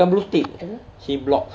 bukan blue tick she block